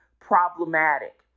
problematic